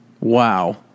Wow